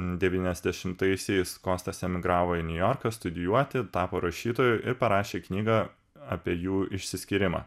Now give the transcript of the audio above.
devyniasdešimtaisiais kostas emigravo į niujorką studijuoti tapo rašytoju ir parašė knygą apie jų išsiskyrimą